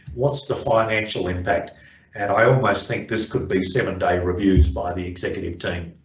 what's the financial impact and i almost think this could be seven day reviews by the executive team.